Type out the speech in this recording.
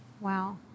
Wow